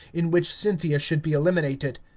in which cynthia should be eliminated.